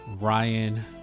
Ryan